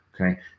Okay